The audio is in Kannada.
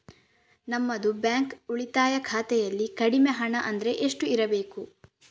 ನಮ್ಮದು ಬ್ಯಾಂಕ್ ಉಳಿತಾಯ ಖಾತೆಯಲ್ಲಿ ಕಡಿಮೆ ಹಣ ಅಂದ್ರೆ ಎಷ್ಟು ಇರಬೇಕು?